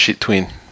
twin